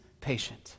patient